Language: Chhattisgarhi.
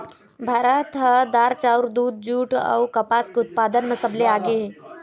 भारत ह दार, चाउर, दूद, जूट अऊ कपास के उत्पादन म सबले आगे हे